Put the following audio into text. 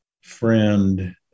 friend